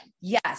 Yes